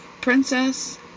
Princess